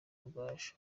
rugaju